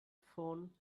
phone